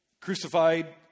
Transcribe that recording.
crucified